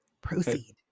proceed